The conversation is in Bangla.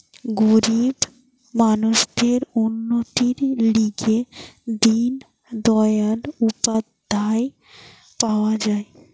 গরিব মানুষদের উন্নতির লিগে দিন দয়াল উপাধ্যায় পাওয়া যায়